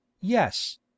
yes